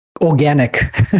organic